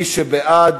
מי שבעד,